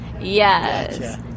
yes